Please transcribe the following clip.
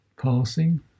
passing